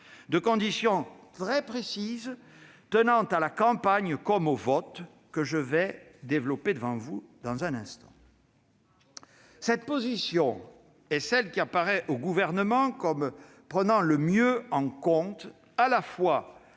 de conditions très précises, tenant à la campagne comme au vote, conditions que je développerai dans un instant. Cette position est celle qui apparaît au Gouvernement comme prenant le mieux en compte à la fois